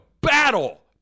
battle